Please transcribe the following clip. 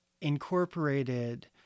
incorporated